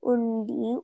Undi